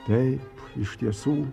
taip iš tiesų